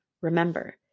Remember